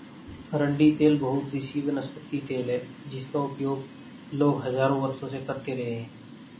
अरंडी तेल बहुउद्देशीय वनस्पति तेल है जिसका उपयोग लोग हजारों वर्षों से करते रहे हैं